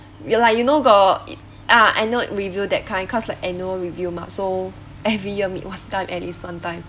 ya lah you know got it ah annual review that kind cause like annual review mah so every year meet one time at least one time